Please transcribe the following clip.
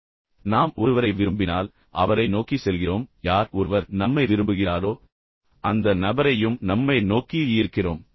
எனவே நாம் ஒருவரை விரும்பினால் நாம் ஈர்க்கிறோம் நாம் நோக்கி நகர்கிறோம் அதே வழியில் யார் ஒருவர் நம்மை விரும்புகிறாரோ அந்த நபரையும் நம்மை நோக்கி ஈர்க்கிறோம்